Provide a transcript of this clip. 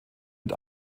mit